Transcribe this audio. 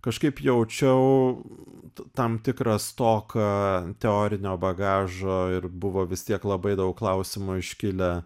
kažkaip jaučiau tam tikrą stoką teorinio bagažo ir buvo vis tiek labai daug klausimų iškilę